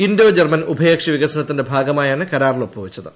Indo German ഉഭയകക്ഷി വികസനത്തിന്റെ ഭാഗമായാണ് കരാറിൽ ഒപ്പു വച്ചത്